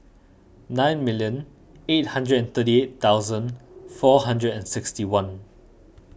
nine million eight hundred and thirty eight thousand four hundred and sixty one